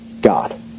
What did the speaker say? God